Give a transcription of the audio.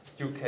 UK